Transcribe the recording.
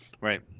Right